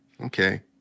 okay